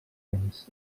temps